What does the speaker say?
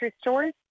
stores